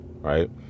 Right